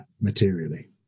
materially